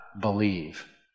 believe